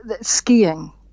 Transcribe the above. skiing